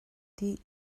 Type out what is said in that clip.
dih